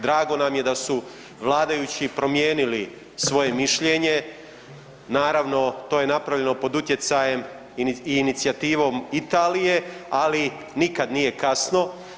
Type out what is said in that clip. Drago nam je da su vladajući promijenili svoje mišljenje, naravno to je napravljeno pod utjecajem i inicijativom Italije, ali nikad nije kasno.